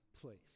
place